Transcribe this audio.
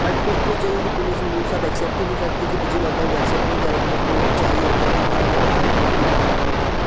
but कुछ कुछ जगह की पुलिस वो सब ऐक्सेप्ट ही नहीं करती कि डिजी लॉकर वो एक्सेप्ट नहीं करेंगे उनको चाहिए होता है कि हाँ उनको हार्ड कॉपी दिखाना होगा